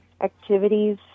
activities